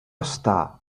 estar